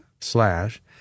slash